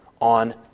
on